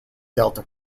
delta